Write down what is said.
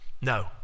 No